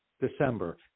December